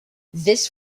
this